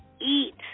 eat